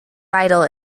vital